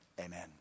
amen